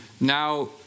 Now